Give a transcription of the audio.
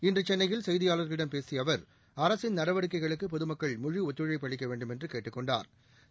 இன்று சென்னையில் செய்தியாளர்களிடம் பேசிய அவர் அரசின் நடவடிக்கைகளுக்கு பொதுமக்கள் முழுஒத்துழைப்பு அளிக்க வேண்டுமென்று கேட்டுக் கொண்டாா்